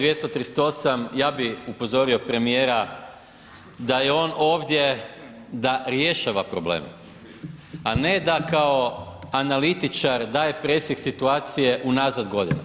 238. ja bih upozorio premijera da je on ovdje da rješava probleme, a ne da kao analitičar daje presjek situacije u nazad godina.